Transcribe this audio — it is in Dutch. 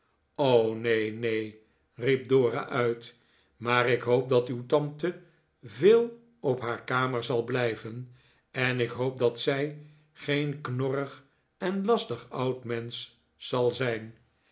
neen neen riep dora uit maar ik hoop dat uw tante veel op haar kamer zal blijven en ik hoop dat zij geen knorrig en lastig oud mensch zal zijn